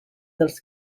dels